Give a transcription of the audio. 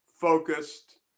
focused